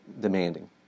demanding